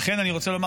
לכן אני רוצה לומר,